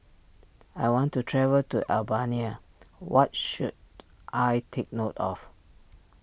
I want to travel to Albania what should I take note of